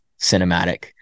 cinematic